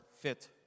fit